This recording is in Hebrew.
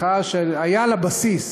מחאה שהיה לה בסיס,